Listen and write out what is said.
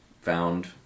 found